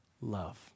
love